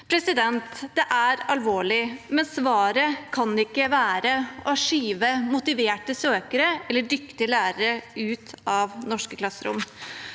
Det er alvorlig, men svaret kan ikke være å skyve motiverte søkere eller dyktige lærere ut av norske klasserom.